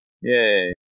Yay